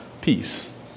peace